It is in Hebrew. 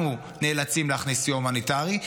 אנחנו נאלצים להכניס סיוע הומניטרי,